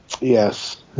Yes